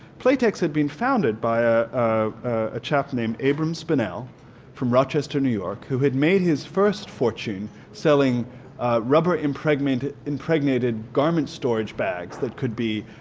playtex had been founded by a ah chap named abram spanel from rochester, new york who had made his first fortune selling rubber impregnated impregnated garment storage bags that could be